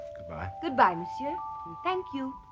goodbye goodbye monsieur thank you